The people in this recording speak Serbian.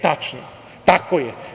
Tačno, tako je.